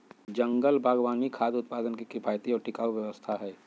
जंगल बागवानी खाद्य उत्पादन के किफायती और टिकाऊ व्यवस्था हई